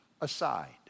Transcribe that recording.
aside